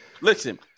Listen